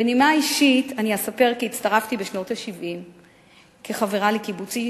בנימה אישית אספר כי הצטרפתי בשנות ה-70 כחברה לקיבוצי,